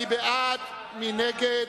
מי נגד?